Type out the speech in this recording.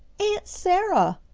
aunt sarah!